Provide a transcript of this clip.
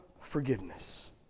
forgiveness